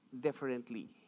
differently